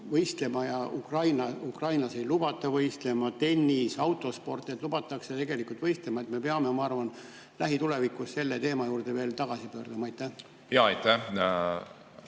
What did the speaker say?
võistlema ja ukrainlasi ei lubata võistlema. Tennis, autosport – seal lubatakse tegelikult võistlema. Me peame, ma arvan, lähitulevikus selle teema juurde veel tagasi pöörduma. Aitäh, hea